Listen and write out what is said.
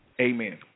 Amen